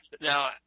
Now